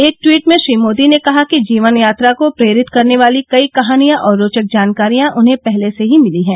एक ट्वीट में श्री मोदी ने कहा कि जीवन यात्रा को प्रेरित करने वाली कई कहानियां और रोचक जानकारियां उन्हें पहले से ही मिली हैं